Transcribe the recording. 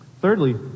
Thirdly